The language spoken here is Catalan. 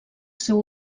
seu